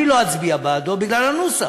אני לא אצביע בעדו בגלל הנוסח.